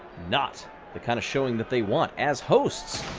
not the kind of showing that they want as hosts.